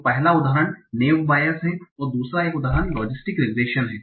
तो पहला उदाहरण नेव बायस है दूसरा एक उदाहरण लॉजिस्टिक रिग्रेशन है